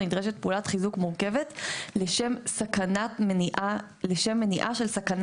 נדרשת פעולת חיזוק מורכבת לשם מניעה של סכנה